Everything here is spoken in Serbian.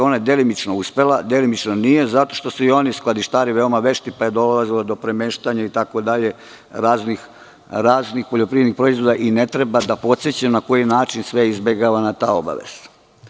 Ona je delimično uspela, a delimično nije, zato što su i oni skladištari veoma vešti, pa je dolazilo do premeštanja raznih poljoprivrednih proizvoda i ne treba da podsećam na koji način je sve izbegavana ta obaveza.